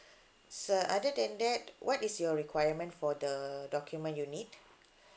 so other than that what is your requirement for the document you need